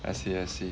I see I see